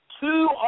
two